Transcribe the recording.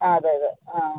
ആ അതെ അതെ ആ